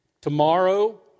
Tomorrow